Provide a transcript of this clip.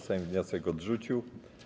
Sejm wniosek odrzucił.